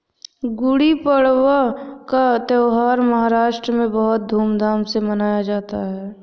गुड़ी पड़वा का त्यौहार महाराष्ट्र में बहुत धूमधाम से मनाया जाता है